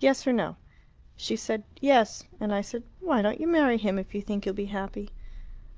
yes or no she said yes. and i said, why don't you marry him if you think you'll be happy